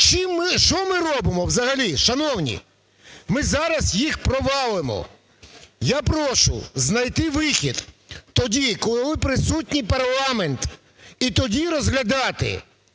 Що ми робимо взагалі, шановні?! Ми зараз їх провалимо. Я прошу знайти вихід. Тоді, коли буде присутній парламент, і тоді розглядати.